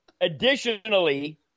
Additionally